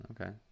Okay